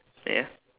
ya